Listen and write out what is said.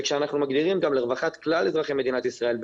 כשאנחנו מגדירים לרווחת כלל אזרחי מדינת ישראל,